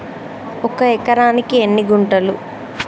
ఒక ఎకరానికి ఎన్ని గుంటలు?